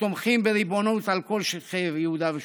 התומכים בריבונות על כל שטחי יהודה ושומרון.